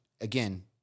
again